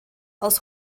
aus